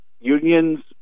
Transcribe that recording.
unions